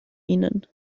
ihnen